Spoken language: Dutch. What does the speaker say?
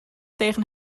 tegen